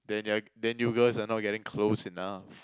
then ya~ then you girls are not getting close enough